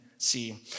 see